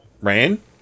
rain